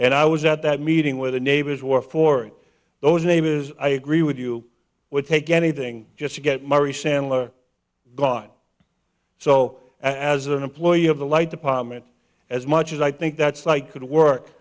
and i was at that meeting where the neighbors were for those name is i agree with you would take anything just to get mari sandler god so as an employee of the light department as much as i think that's likely to work